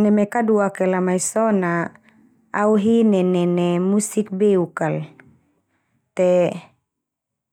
Neme kaduak iala mai so na au hi nenene musik beuk kal. Te